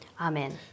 Amen